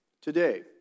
today